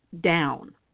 down